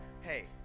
hey